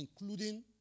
including